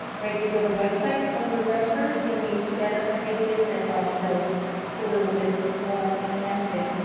regular websites on your browsers. you need data packages that are still little bit more expensive,